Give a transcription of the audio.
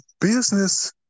business